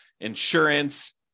insurance